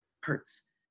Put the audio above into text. hurts